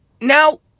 now